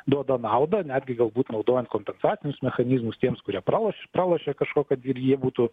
duoda naudą netgi galbūt naudojant kompensacinius mechanizmus tiems kurie pralošė pralošė kažko kad ir jie būtų